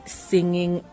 singing